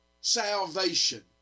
salvation